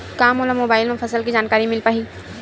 का मोला मोबाइल म फसल के जानकारी मिल पढ़ही?